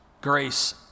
grace